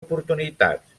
oportunitats